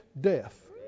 death